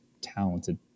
talented